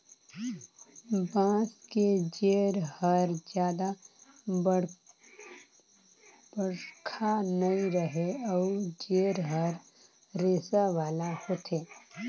बांस के जेर हर जादा बड़रखा नइ रहें अउ जेर हर रेसा वाला होथे